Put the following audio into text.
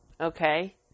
Okay